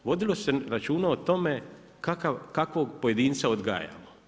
Vodilo se računa o tome, kakvog pojedinca odgajamo.